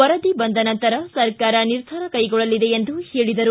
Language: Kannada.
ವರದಿ ಬಂದ ನಂತರ ಸರ್ಕಾರ ನಿರ್ಧಾರ ಕೈಗೊಳ್ಳಲಿದೆ ಎಂದು ಹೇಳಿದರು